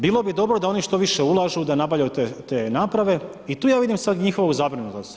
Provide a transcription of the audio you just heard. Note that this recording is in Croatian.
Bilo bi dobro da oni što više ulažu, da nabavljaju te naprave i tu ja vidim sad njihovu zabrinutost.